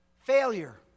failure